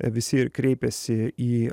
visi ir kreipiasi į